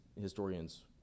historians